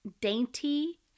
dainty